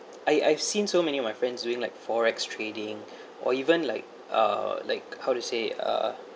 I I've seen so many of my friends doing like forex trading or even like uh like how to say uh